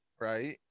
right